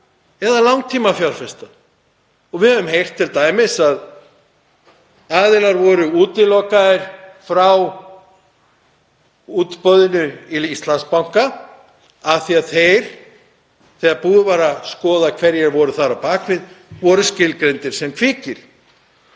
eða langtímafjárfesta? Við höfum t.d. heyrt að aðilar voru útilokaðir frá útboðinu í Íslandsbanka af því að þeir, þegar búið var að skoða hverjir voru þar á bak við, voru skilgreindir sem kvikir.